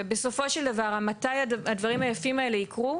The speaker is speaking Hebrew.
בסופו של דבר, מתי הדברים היפים האלה יקרו?